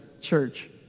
church